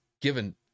given